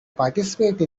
participate